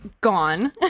Gone